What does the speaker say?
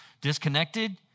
Disconnected